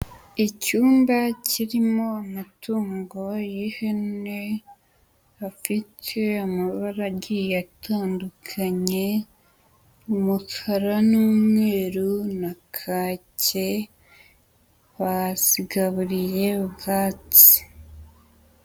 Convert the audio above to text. Icyumba kirimo amatungo y'ihene afite amabara agiye atandukanye: umukara n'umweru na kake, bazigaburiye ubwatsi